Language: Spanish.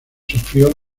sufrió